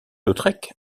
lautrec